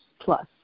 plus